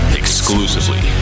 exclusively